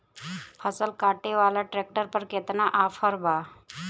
फसल काटे वाला ट्रैक्टर पर केतना ऑफर बा?